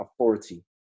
authority